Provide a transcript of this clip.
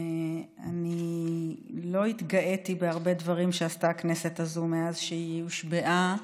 אני לא התגאיתי בהרבה דברים שעשתה הכנסת הזאת מאז שהיא הושבעה,